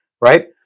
right